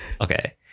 Okay